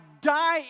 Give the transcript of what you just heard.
die